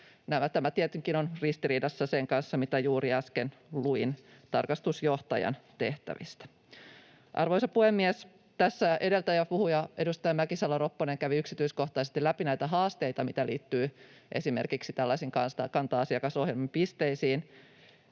Tämä tietenkin on ristiriidassa sen kanssa, mitä juuri äsken luin tarkastusjohtajan tehtävistä. Arvoisa puhemies! Tässä edeltävä puhuja, edustaja Mäkisalo-Ropponen, kävi yksityiskohtaisesti läpi näitä haasteita, mitä liittyy esimerkiksi tällaisiin kanta-asiakasohjelman pisteisiin.